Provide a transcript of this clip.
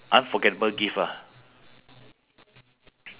five persons chip chip in with the gift lah